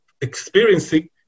experiencing